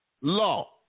law